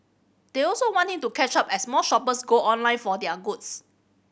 they also want him to catch up as more shoppers go online for their goods